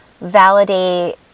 validate